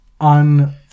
on